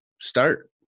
start